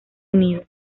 unido